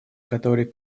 который